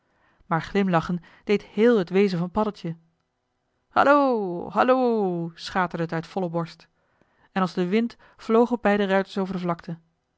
maar glimlachen deed héél het wezen van paddeltje hallo hallo schaterde het uit volle borst en als de wind vlogen beide ruiters over de vlakte